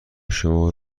شما